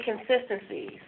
inconsistencies